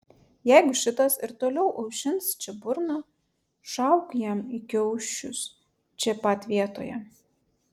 jeigu šitas ir toliau aušins čia burną šauk jam į kiaušius čia pat vietoje